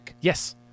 yes